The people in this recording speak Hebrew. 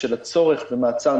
של הצורך במעצר,